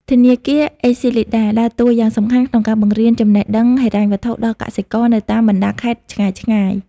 ធនាគារ អេស៊ីលីដា (ACLEDA) ដើរតួយ៉ាងសំខាន់ក្នុងការបង្រៀនចំណេះដឹងហិរញ្ញវត្ថុដល់កសិករនៅតាមបណ្ដាខេត្តឆ្ងាយៗ។